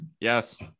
yes